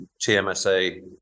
TMSA